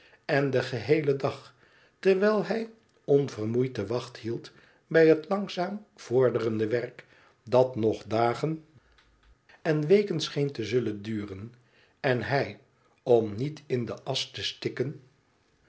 en den geheelen dag terwijl hij onvermoeid de wacht hield bij het langzaam vorderende werk dat nog dagen en weken scheen te zullen duren en hij om niet in de asch te stikken